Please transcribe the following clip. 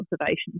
observations